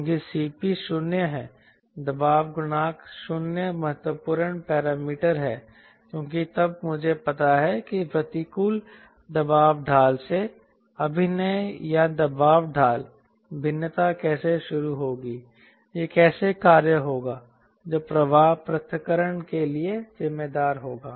क्योंकि Cp 0 है दबाव गुणांक 0 महत्वपूर्ण पैरामीटर है क्योंकि तब मुझे पता है कि प्रतिकूल दबाव ढाल से अभिनय या दबाव ढाल भिन्नता कैसे शुरू होगी यह कैसे कार्य करेगा जो प्रवाह पृथक्करण के लिए जिम्मेदार होगा